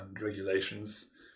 regulations